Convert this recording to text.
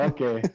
Okay